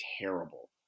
terrible